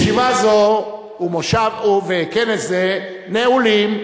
ישיבה זו וכנס זה נעולים.